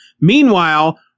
Meanwhile